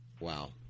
Wow